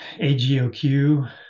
AGOQ